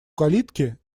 калитки